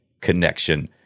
connection